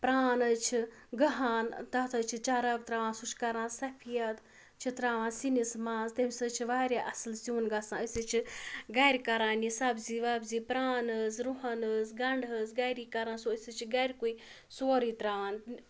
پران حظ چھِ گٕہان تَتھ حظ چھِ چَراب تراوان سُہ چھُ کَران سفید چھِ تراوان سِنِس منٛز تٔمِس سۭتۍ چھِ واریاہ اَصٕل سِیُن گژھان أسۍ حظ چھِ گَرِ کَران یہِ سبزی وَبزی پران حظ رۄہَن حظ گَنٛڈٕ حظ گَری کَران سُہ أسۍ حظ چھِ گَرِکُے سورُے تراوان